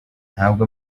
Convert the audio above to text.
ntabwo